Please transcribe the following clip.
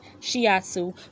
shiatsu